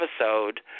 episode